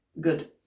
Good